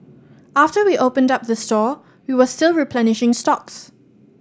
after we opened up the store we were still replenishing stocks